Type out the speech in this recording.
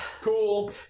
cool